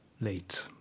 late